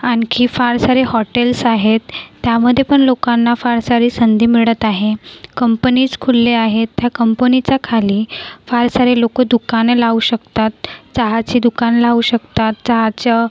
आणखी फार सारे हॉटेल्स आहेत त्यामध्ये पण लोकांना फार सारी संधी मिळत आहे कंपनीज खुलले आहेत त्या कंपनीच्या खाली फार सारे लोकं दुकाने लावू शकतात चहाची दुकान लावू शकतात चहाचं